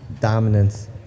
Dominance